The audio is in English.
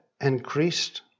increased